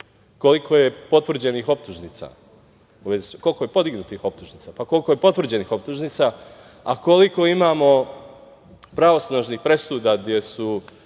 koliko je potvrđenih optužnica, koliko je podignutih optužnica, koliko je potvrđenih optužnica a koliko imamo pravosnažnih presuda gde su